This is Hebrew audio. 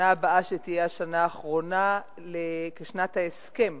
בשנה הבאה, שתהיה השנה האחרונה כשנת ההסכם,